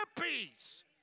peace